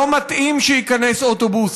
לא מתאים שייכנס אוטובוס,